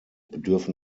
bedürfen